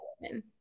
women